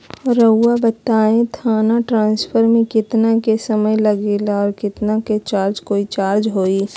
रहुआ बताएं थाने ट्रांसफर में कितना के समय लेगेला और कितना के चार्ज कोई चार्ज होई?